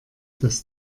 das